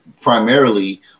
primarily